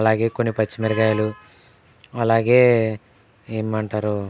అలాగే కొన్ని పచ్చిమిరక్కాయలు అలాగే ఏమంటారు